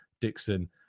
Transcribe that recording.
Dixon